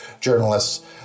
journalists